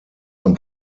ein